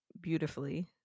beautifully